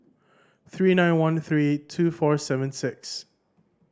three nine one three two four seven six